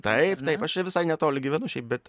taip taip aš čia visai netoli gyvenu šiaip bet